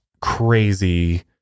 crazy